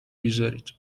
بیزارید